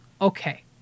okay